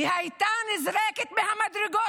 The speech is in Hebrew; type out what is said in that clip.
היא הייתה נזרקת מהמדרגות,